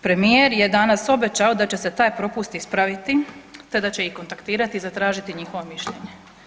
Premijer je danas obećao da će se taj propust ispraviti te da će ih kontaktirati i zatražiti njihovo mišljenje.